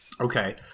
Okay